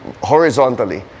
horizontally